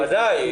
ודאי.